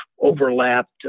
overlapped